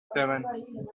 seven